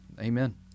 Amen